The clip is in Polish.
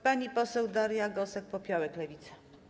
Pani poseł Daria Gosek-Popiołek, Lewica.